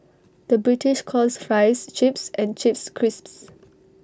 the British calls Fries Chips and Chips Crisps